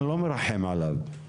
אני לא מרחם עליו.